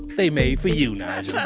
they made for you, nigel.